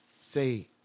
say